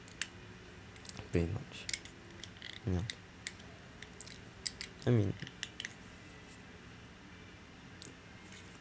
very much you know I mean